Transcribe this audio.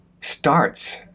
starts